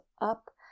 up